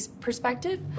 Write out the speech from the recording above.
perspective